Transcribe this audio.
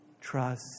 trust